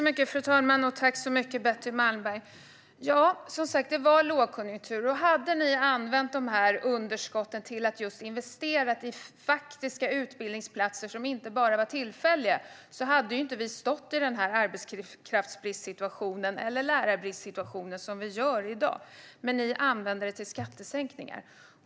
Fru talman! Tack så mycket, Betty Malmberg! Det var som sagt lågkonjunktur, och hade ni använt underskotten till att just investera i faktiska utbildningsplatser, som inte bara var tillfälliga, hade vi inte haft den arbetskrafts eller lärarbristsituation som vi har i dag. Men ni använde dem till skattesänkningar.